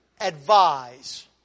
advise